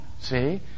see